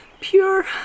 pure